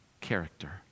character